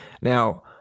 Now